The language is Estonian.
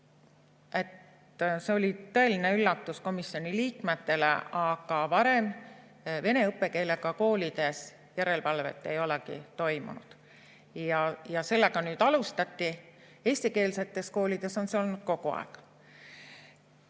See oli tõeline üllatus komisjoni liikmetele, aga varem vene õppekeelega koolides järelevalvet ei olegi toimunud. Ja sellega nüüd alustati. Eestikeelsetes koolides on see olnud kogu aeg.